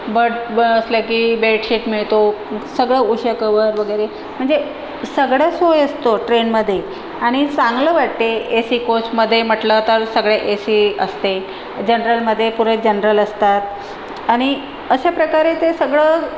but असले की bedsheet मिळतो सगळं उशा कवर वगैरे म्हणजे सगळ्या सोयी असतो ट्रेनमध्ये आणि चांगलं वाटते ए सी कोचमध्ये म्हटलं तर सगळे ए सी असते जनरलमध्ये पुढे जनरल असतात आणि अशा प्रकारे ते सगळं